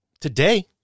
Today